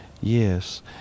Yes